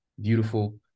beautiful